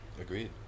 Agreed